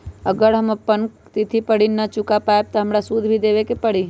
अगर हम अपना तिथि पर ऋण न चुका पायेबे त हमरा सूद भी देबे के परि?